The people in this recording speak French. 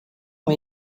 ont